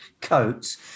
coats